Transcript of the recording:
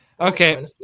Okay